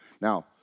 Now